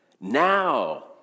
Now